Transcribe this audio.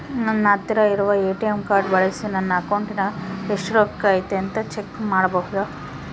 ನನ್ನ ಹತ್ತಿರ ಇರುವ ಎ.ಟಿ.ಎಂ ಕಾರ್ಡ್ ಬಳಿಸಿ ನನ್ನ ಅಕೌಂಟಿನಾಗ ಎಷ್ಟು ರೊಕ್ಕ ಐತಿ ಅಂತಾ ಚೆಕ್ ಮಾಡಬಹುದಾ?